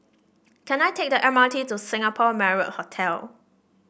can I take the M R T to Singapore Marriott Hotel